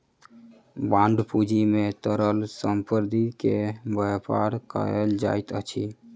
bond पूंजी में तरल संपत्ति के व्यापार कयल जाइत अछि